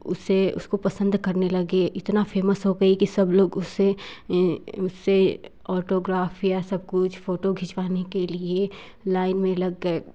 उसे उसको पसंद करने लगे इतना फेमस हो गई कि सब लोग उसे उससे ऑटोग्राफी या सब कुछ फोटो खिंचवाने के लिए लाइन में लग गए